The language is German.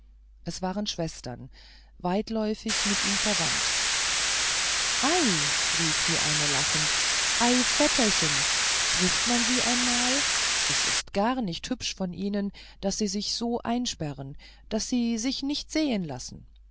es waren schwestern weitläuftig mit ihm verwandt ei rief die eine lachend ei vetterchen trifft man sie einmal es ist gar nicht hübsch von ihnen daß sie sich so einsperren daß sie sich nicht sehen lassen